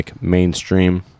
mainstream